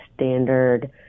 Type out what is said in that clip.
standard